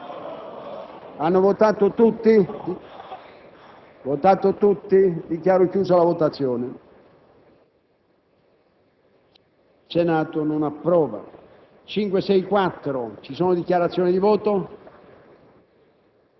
**Il Senato non approva.**